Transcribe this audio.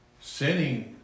Sinning